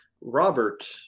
Robert